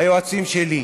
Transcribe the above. היועצים שלי.